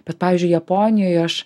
bet pavyzdžiui japonijoj aš